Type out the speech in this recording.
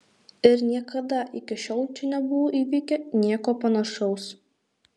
ir niekada iki šiol čia nebuvo įvykę nieko panašaus